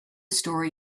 story